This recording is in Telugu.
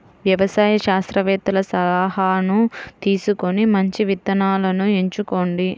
వ్యవసాయ శాస్త్రవేత్తల సలాహాను తీసుకొని మంచి విత్తనాలను ఎంచుకోండి